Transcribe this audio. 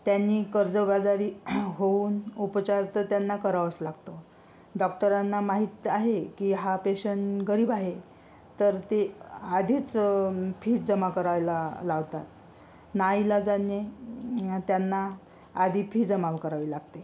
त्यांनी कर्जबाजारी होऊन उपचार तर त्यांना करावाच लागतो डॉक्टरांना माहीत आहे की हा पेशंट गरीब आहे तर ते आधीच फी जमा करायला लावतात नाईलाजाने त्यांना आधी फी जमा करावी लागते